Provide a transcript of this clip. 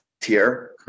tier